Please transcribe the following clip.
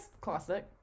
classic